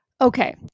Okay